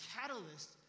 catalyst